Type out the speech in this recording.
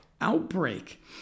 outbreak